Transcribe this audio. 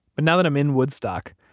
but now that i'm in woodstock,